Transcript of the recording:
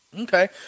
Okay